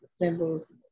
symbols